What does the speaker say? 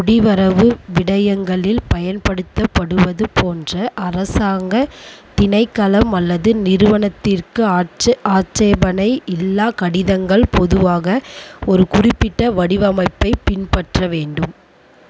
குடிவரவு விடயங்களில் பயன்படுத்தப்படுவது போன்ற அரசாங்கத் திணைக்களம் அல்லது நிறுவனத்திற்கு ஆட்ச ஆட்சேபணை இல்லா கடிதங்கள் பொதுவாக ஒரு குறிப்பிட்ட வடிவமைப்பைப் பின்பற்ற வேண்டும்